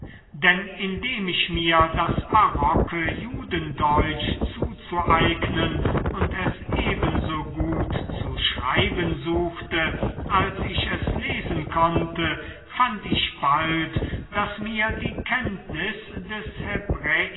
denn indem ich mir das barocke judendeutsch zuzueignen und es ebenso gut zu schreiben suchte als ich es lesen konnte fand ich bald daß mir die kenntnis des